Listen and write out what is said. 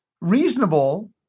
reasonable